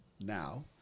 now